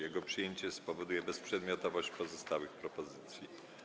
Jego przyjęcie spowoduje bezprzedmiotowość pozostałych propozycji.